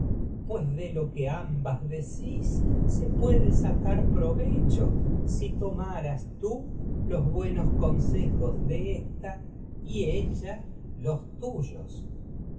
pues de lo que ambas decís puede sacar y provecho si tomaras tú los buenos consejos de ésta ella los tuyos